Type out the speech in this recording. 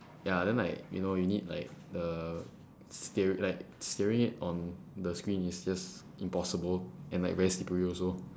ya then like you know you need like the steer~ like steering it on the screen is just impossible and like very slippery also